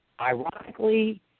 Ironically